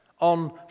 On